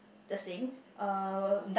the same uh